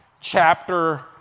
chapter